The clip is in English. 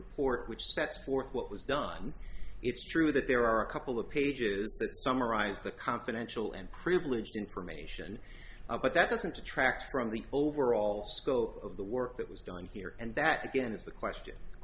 report which sets forth what was done it's true that there are a couple of pages that summarize the confidential and privileged information about that doesn't detract from the overall scope of the work that was done here and that again is the question the